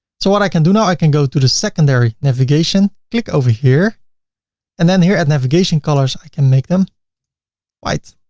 so what i can do now, i can go to the secondary navigation, click over here and then here at navigation colors, i can make them white.